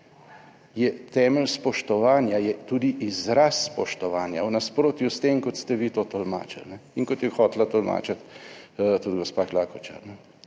je temelj spoštovanja, je tudi izraz spoštovanja v nasprotju s tem, kot ste vi to tolmačili, in kot je hotela tolmačiti tudi gospa Klakočar.